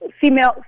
female